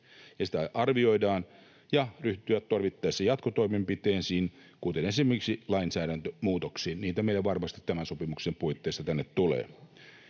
sitä arvioidaan ja pitää ryhtyä tarvittaessa jatkotoimenpiteisiin, kuten esimerkiksi lainsäädäntömuutoksiin — niitä meille varmasti tämän sopimuksen puitteissa tänne tulee.